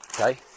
okay